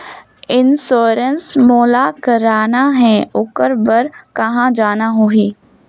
Insurance मोला कराना हे ओकर बार कहा जाना होही?